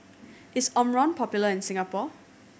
is Omron popular in Singapore